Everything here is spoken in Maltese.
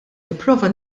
nipprova